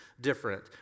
different